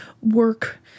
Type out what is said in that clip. work